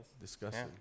Disgusting